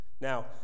Now